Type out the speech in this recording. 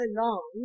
long